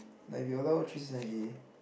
like if we allow three seven A